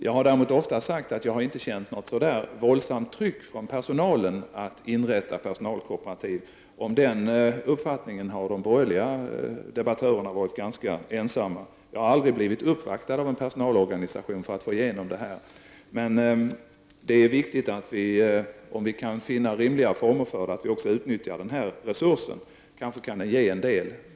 Jag har däremot ofta sagt att jag inte från personalen har känt av något direkt våldsamt tryck för att få inrätta personalkooperativ. De borgerliga debattörerna har varit ganska ensamma om att hävda att ett sådant tryck skulle finnas. Jag har aldrig blivit uppvaktad av någon personalorganisation som har velat få igenom detta. Det är emellertid viktigt att vi, om vi kan finna rimliga former för det, också utnyttjar denna resurs. Kanske kan det ge en del.